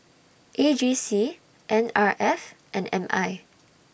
A G C N R F and M I